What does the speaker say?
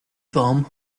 warm